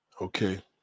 Okay